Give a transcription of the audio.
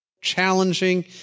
challenging